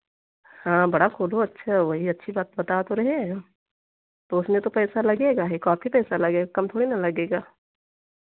हाँ बड़ा खोलो अच्छा वही अच्छी बात बता तो रहे हैं हम तो उसमें तो पैसा लगेगा ही काफ़ी पैसा लगेगा कम थोड़े ना लगेगा